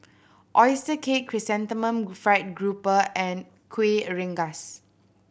oyster cake Chrysanthemum Fried Grouper and Kueh Rengas